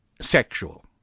sexual